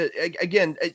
again